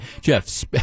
Jeff